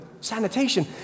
sanitation